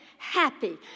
Happy